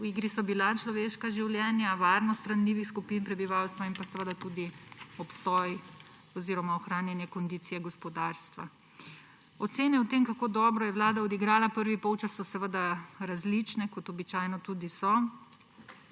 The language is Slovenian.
V igri so bila človeška življenja, varnost ranljivih skupin prebivalstva in pa tudi ohranjanje kondicije gospodarstva. Ocene o tem, kako dobro je vlada odigrala prvi polčas, so seveda različne, kot običajno tudi so.